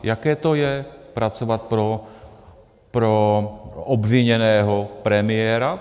Jaké to je, pracovat pro obviněného premiéra?